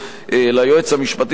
ליועץ המשפטי של הכנסת,